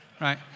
right